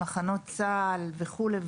מחנות צה"ל וכולי,